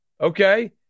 okay